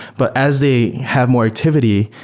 but as the have more activity,